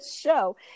show